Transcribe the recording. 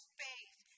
faith